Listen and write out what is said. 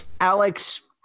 Alex